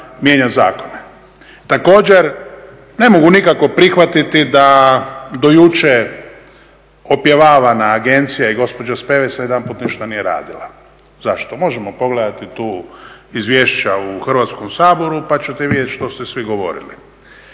Također, ne mogu nikako prihvatiti da do jučer opjevavana agencija i gospođa Spevec najedanput ništa nije radila. Zašto? Možemo pogledati tu izvješća u Hrvatskom saboru pa ćete vidjeti što ste sve govorili.